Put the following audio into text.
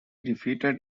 defeated